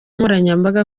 nkoranyambaga